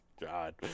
God